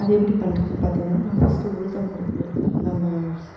அது எப்படி பண்ணுறதுனு பார்த்தீங்கனா நான் ஃபஸ்ட்டு உளுத்தம் பருப்பு நம்ம